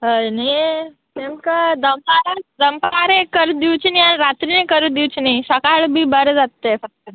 हय न्ही तेमकां दनपाराक दनपार करू दिवची न्ही आनी रात्रीय करत दिवची न्ही सकाळ बी बरें जात ते फक्त